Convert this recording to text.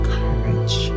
courage